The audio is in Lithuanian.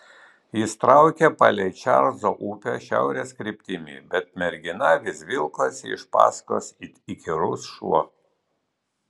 jis traukė palei čarlzo upę šiaurės kryptimi bet mergina vis vilkosi iš paskos it įkyrus šuo